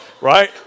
Right